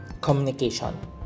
Communication